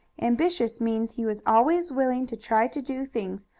ambitious means he was always willing to try to do things,